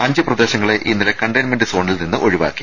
അഞ്ച് പ്രദേശങ്ങളെ ഇന്നലെ കണ്ടെയ്ൻമെന്റ് സോണിൽനിന്ന് ഒഴിവാക്കി